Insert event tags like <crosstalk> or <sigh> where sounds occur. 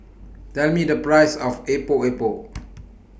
Tell Me The Price of Epok Epok <noise>